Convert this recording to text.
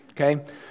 okay